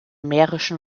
mährischen